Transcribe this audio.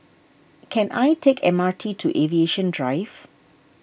can I take M R T to Aviation Drive